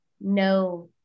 No